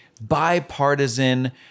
bipartisan